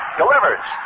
delivers